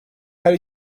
her